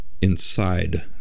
inside